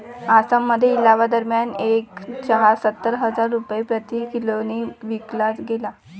आसाममध्ये लिलावादरम्यान एक चहा सत्तर हजार रुपये प्रति किलोने विकला गेला